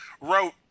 wrote